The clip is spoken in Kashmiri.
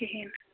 کِہیٖنٛۍ